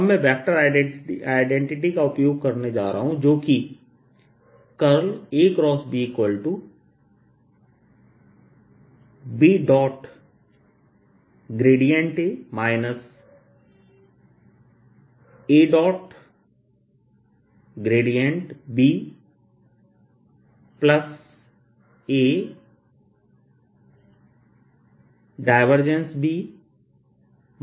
अब मैं vector identity का उपयोग करने जा रहा हूं जो कि ABBA ABAB BAदी जाती है